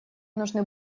нужны